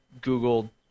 Google –